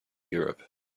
europe